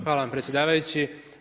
Hvala vam predsjedavajući.